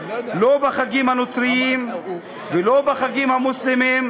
לא בחגים הנוצריים ולא בחגים המוסלמיים,